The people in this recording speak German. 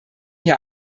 hier